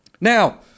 Now